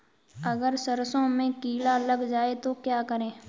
अगर सरसों में कीड़ा लग जाए तो क्या करें?